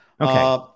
Okay